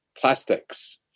plastics